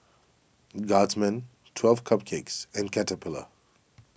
Guardsman twelve Cupcakes and Caterpillar